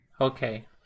Okay